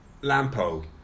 Lampo